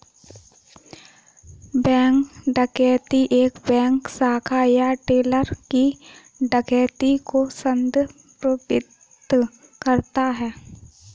bank डकैती एक bank शाखा या टेलर की डकैती को संदर्भित करता है